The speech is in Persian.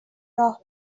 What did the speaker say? راه